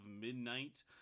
Midnight